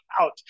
out